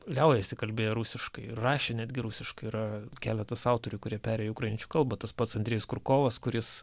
liaujasi kalbėję rusiškai ir rašė netgi rusiškai yra keletas autorių kurie perėjo į ukrainiečių kalbą tas pats andrėjus kurkovas kuris